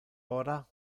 ora